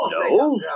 No